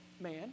man